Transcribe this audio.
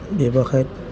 ব্যৱসায়ত